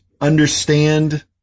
understand